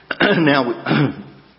Now